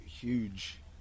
huge